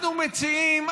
אנחנו מציעים,